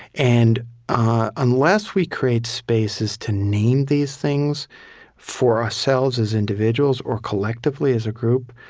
and unless we create spaces to name these things for ourselves as individuals or collectively as a group,